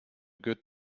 good